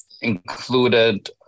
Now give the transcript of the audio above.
included